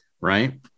right